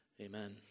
Amen